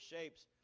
shapes